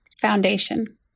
foundation